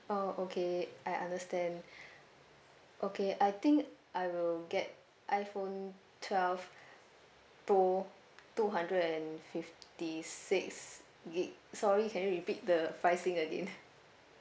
oh okay I understand okay I think I will get iphone twelve pro two hundred and fifty six gig sorry can you repeat the pricing again